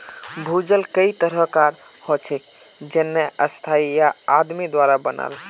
भूजल कई तरह कार हछेक जेन्ने स्थाई या आदमी द्वारा बनाल